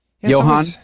Johan